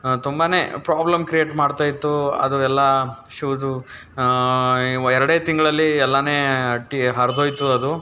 ತುಂಬಾ problem create ಮಾಡ್ತಾಯಿತ್ತು ಅದು ಎಲ್ಲ ಶೂಸು ಎರಡೇ ತಿಂಗಳಲ್ಲಿ ಎಲ್ಲಾ ಟಿ ಹರಿದೋಯ್ತು ಅದು